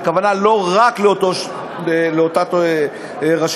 הכוונה לא רק לאותה רשות.